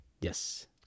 Yes